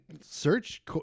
search